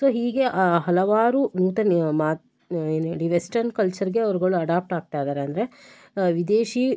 so ಹೀಗೆ ಹಲವಾರು ಎಂತ ನಿ ಮಾತು ಏನು ಹೇಳಿ ವೆಸ್ಟರ್ನ್ ಕಲ್ಚರ್ಗೆ ಅವ್ರುಗಳು ಅಡಾಪ್ಟ್ ಆಗ್ತಾ ಇದಾರೆ ಅಂದರೆ ವಿದೇಶಿ